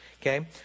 okay